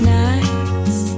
nights